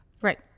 Right